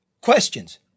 questions